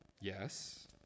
Yes